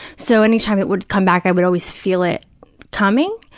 so, anytime it would come back, i would always feel it coming,